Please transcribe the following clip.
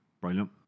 brilliant